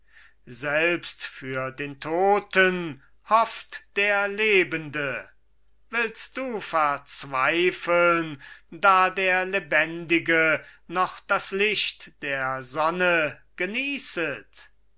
selbst für den toten hofft der lebende willst du verzweifeln da der lebendige noch das licht der sonne genießet